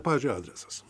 pavyzdžiui adresas